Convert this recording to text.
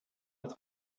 with